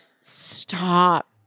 Stop